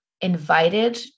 invited